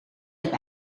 heb